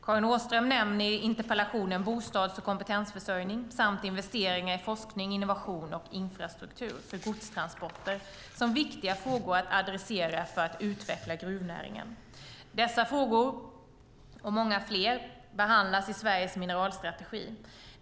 Karin Åström nämner i interpellationen bostads och kompetensförsörjning samt investeringar i forskning, innovation och infrastruktur för godstransporter som viktiga frågor att adressera för att utveckla gruvnäringen. Dessa frågor, och många fler, behandlas i Sveriges mineralstrategi.